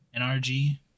NRG